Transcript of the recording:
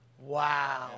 Wow